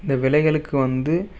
இந்த விலைகளுக்கு வந்து